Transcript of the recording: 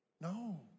No